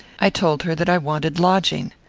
i told her that i wanted lodging.